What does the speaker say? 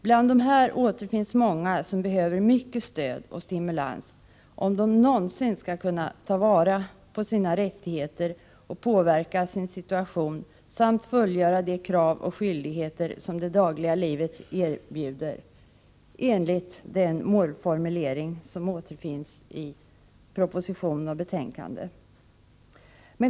Bland dessa återfinns många som behöver mycket stöd och stimulans om de någonsin skall kunna ”ta vara på sina rättigheter och påverka sin situation samt fullgöra de krav och skyldigheter som det dagliga livet bjuder”, enligt den målformulering som återfinns i proposition och betänkande.